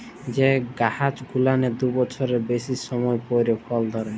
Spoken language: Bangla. যে গাইছ গুলানের দু বচ্ছরের বেইসি সময় পইরে ফল ধইরে